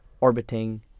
orbiting